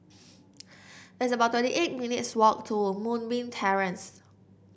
it's about twenty eight minutes' walk to Moonbeam Terrace